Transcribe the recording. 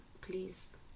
Please